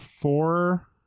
four